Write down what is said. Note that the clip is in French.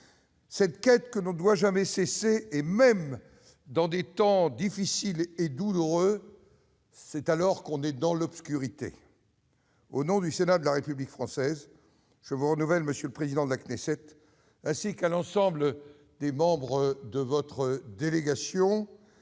cette quête que l'on ne doit jamais cesser, même dans des temps difficiles et douloureux, lorsque l'on est dans l'obscurité. Au nom du Sénat de la République française, je vous souhaite à nouveau, monsieur le président de la Knesset, ainsi qu'à l'ensemble des membres de votre délégation,